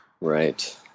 Right